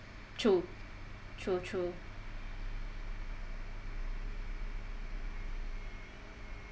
true true true